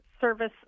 service